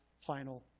final